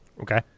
Okay